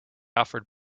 offered